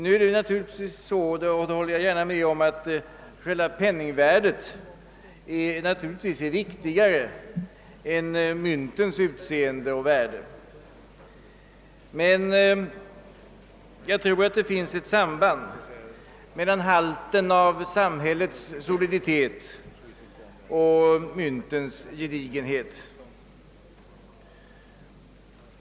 Nu är det naturligtvis så — det håller jag gärna med om — att själva penningvärdet naturligtvis är viktigare än myntets utseende och värde. Men jag tror att det finns ett samband mellan halten av samhällets soliditet och myntens gedigenhet.